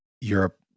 europe